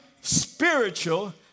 spiritual